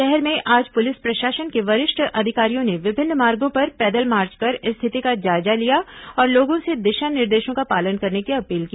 शहर में आज पुलिस प्रशासन के वरिष्ठ अधिकारियों ने विभिन्न मार्गों पर पैदल मार्च कर स्थिति का जायजा लिया और लोगों से दिशा निर्देशों का पालन करने की अपील की